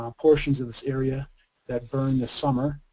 ah portions of this area that burned this summer.